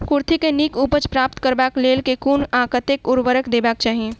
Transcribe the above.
कुर्थी केँ नीक उपज प्राप्त करबाक लेल केँ कुन आ कतेक उर्वरक देबाक चाहि?